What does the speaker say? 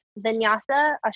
vinyasa